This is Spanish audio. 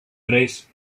tres